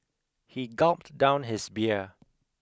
he gulped down his beer